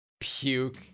puke